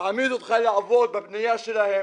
מעמיד אותך לעבוד בבניה שלהם.